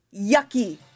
Yucky